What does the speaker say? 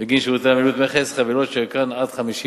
בגין שירותי עמילות מכס לחבילות שערכן עד 50 דולר.